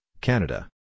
Canada